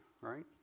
right